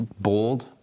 bold